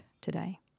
today